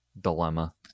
dilemma